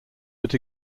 but